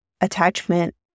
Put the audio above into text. attachment